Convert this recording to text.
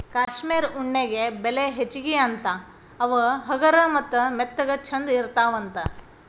cashmere ಉಣ್ಣೆ ಬಟ್ಟೆಗೆ ಬೆಲಿ ಹೆಚಗಿ ಅಂತಾ ಅವ ಹಗರ ಮತ್ತ ಮೆತ್ತಗ ಚಂದ ಇರತಾವಂತ